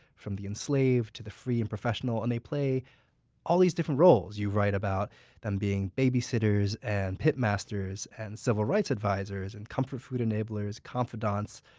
from the enslaved to the free and professional, and they play all different roles. you write about them being babysitters, and pit masters, and civil rights advisors, and comfort food enablers, confidantes,